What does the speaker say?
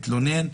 מתלונן,